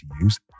use